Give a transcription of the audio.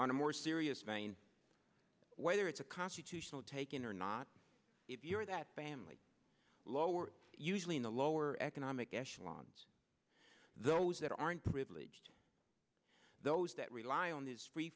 on a more serious vein whether it's a constitutional taking or not if you're that family lower usually in the lower economic echelons those that aren't privileged those that rely on this free